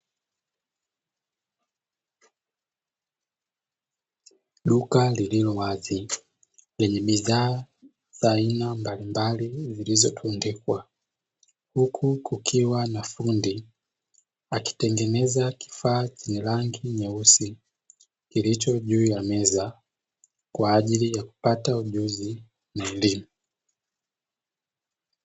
Duka lililowazi lenye bidhaa za aina mbalimbali zilizotundikwa, huku kukiwa na fundi akitengeneza kifaa chenye rangi nyeusi kilicho juu ya meza kwa ajili ya kupata ujuzi na elimu.